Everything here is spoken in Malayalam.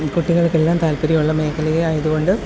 കുട്ടികൾക്കെല്ലാം താൽപര്യമുള്ള മേഖലയായതു കൊണ്ട്